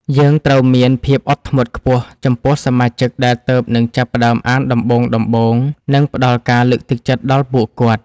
យើងត្រូវមានភាពអត់ធ្មត់ខ្ពស់ចំពោះសមាជិកដែលទើបនឹងចាប់ផ្ដើមអានដំបូងៗ និងផ្ដល់ការលើកទឹកចិត្តដល់ពួកគាត់។